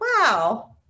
wow